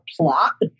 plot